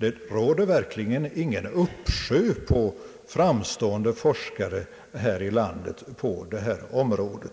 Det råder verkligen ingen uppsjö på framstående forskare här i landet på detta område,